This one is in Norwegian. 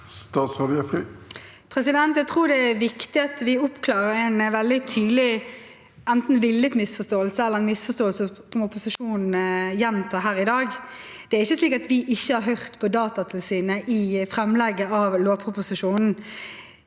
Jeg tror det er viktig at vi oppklarer en veldig tydelig misforståelse – enten en villet misforståelse eller en misforståelse som opposisjonen gjentar her i dag. Det er ikke slik at vi ikke har hørt på Datatilsynet i framlegget av lovproposisjonen.